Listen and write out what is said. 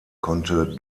konnte